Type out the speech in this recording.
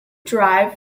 drive